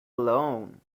alone